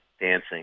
dancing